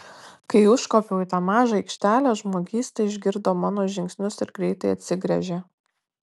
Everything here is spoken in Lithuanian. kai užkopiau į tą mažą aikštelę žmogysta išgirdo mano žingsnius ir greitai atsigręžė